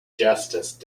justice